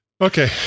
Okay